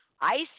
ice